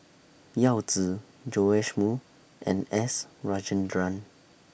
Yao Zi Joash Moo and S Rajendran